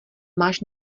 máš